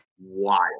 wild